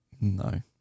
no